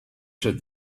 said